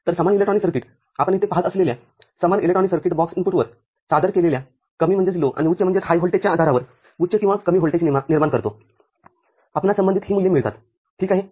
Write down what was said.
तर समान electronic circuits आपण येथे पहात असलेला समान इलेक्ट्रॉनिक सर्किट्स बॉक्स इनपुटवर सादर केलेल्या कमी आणि उच्च व्होल्टेजच्या आधारावर उच्च किंवा कमी व्होल्टेज निर्माण करतोआपणास संबंधित ही मूल्ये मिळतात ठीक आहे